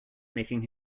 making